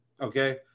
okay